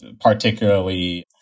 particularly